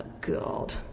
God